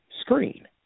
screen